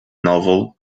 novel